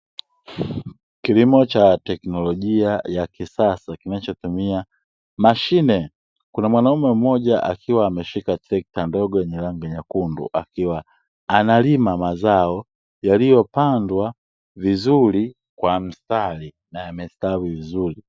Kilimo cha teknolojia ya kisasa kinachotumia mashine, kuna mwanaume mmoja akiwa ameshika trekta ndogo yenye rangi nyekundu akiwa analima mazao yaliyopandwa vizuri kwa mstari na yamestawi vizuri.